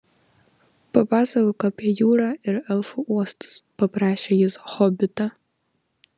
papasakok apie jūrą ir elfų uostus paprašė jis hobitą